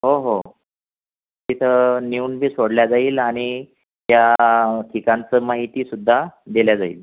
हो हो तिथं नेऊन बी सोडल्या जाईल आणि त्या ठिकाणचं माहितीसुद्धा दिल्या जाईल